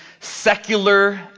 secular